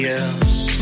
else